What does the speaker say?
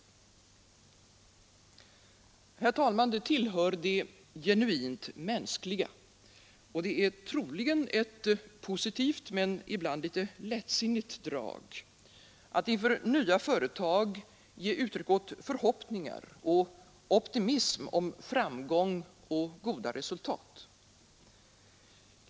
Herr talman! Det tillhör det genuint mänskliga — och det är troligen ett positivt, men ibland litet lättsinnigt drag — att inför nya företag ge uttryck åt förhoppningar och optimism om framgång och goda resultat.